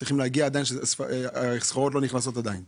אני יודע על כאלה שהסחורה תקועה להם בנמלים.